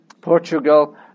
Portugal